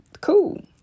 cool